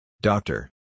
Doctor